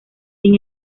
sin